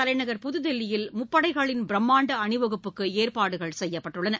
தலைநகர் புதுதில்லியில் முப்படைகளின் பிரமாண்டமான அணிவகுப்புக்கு ஏற்பாடுகள் செய்யப்பட்டுள்ளன